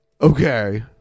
okay